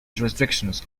jurisdictions